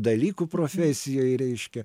dalykų profesijoj reiškia